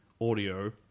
audio